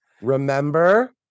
Remember